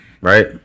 right